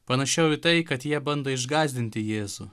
panašiau į tai kad jie bando išgąsdinti jėzų